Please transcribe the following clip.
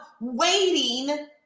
waiting